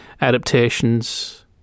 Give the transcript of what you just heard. adaptations